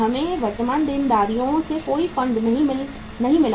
हमें वर्तमान देनदारियों से कोई फंड नहीं मिला है